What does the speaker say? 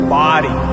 body